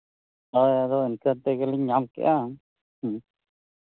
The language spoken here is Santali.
ᱦᱳᱭ ᱟᱫᱚ ᱤᱱᱠᱟᱹ ᱛᱮᱜᱮᱞᱤᱧᱟ ᱧᱟᱢ ᱠᱮᱫᱼᱟ ᱦᱚᱸ